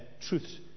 Truths